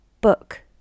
book